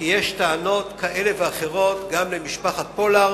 כי יש טענות כאלה ואחרות גם למשפחת פולארד,